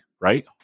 right